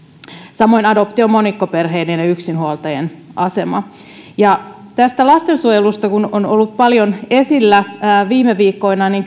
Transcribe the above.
samoin adoptio monikkoperheiden ja yksinhuoltajien asema lastensuojelusta kun se on ollut paljon esillä viime viikkoina